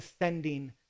ascending